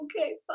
okay